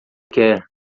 quer